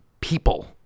people